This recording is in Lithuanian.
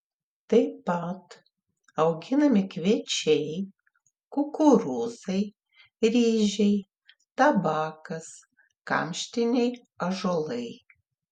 tai pat auginami kviečiai kukurūzai ryžiai tabakas kamštiniai ąžuolai